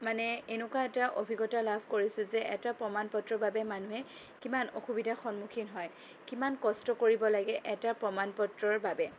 মানে এনেকুৱা এটা অভিজ্ঞতা লাভ কৰিছোঁ যে এটা প্ৰমাণ পত্ৰৰ বাবে মানুহে কিমান অসুবিধাৰ সন্মুখীন হয় কিমান কষ্ট কৰিব লাগে এটা প্ৰমাণ পত্ৰৰ বাবে